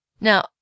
Now